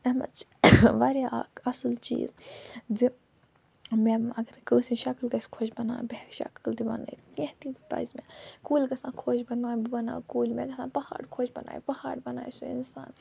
یَتھ منٛز چھُ واریاہ اکھ اصٕل چیٖز زِ مےٚ اگر کٲنسہِ ہنٛز شکل گژھِ خۄش بناوٕنۍ بہٕ ہٮ۪کہٕ شکل تہِ بنٲوتھ کینٛہہ تہِ پزِ مےٚ کُلۍ گژھن خۄش بناوٕنۍ بہٕ بناوٕ کُلۍ مےٚ گژھن پہاڑ خۄش بناوِ بہِ پہاڑ بناوٕ سُہ انسان